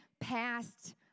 past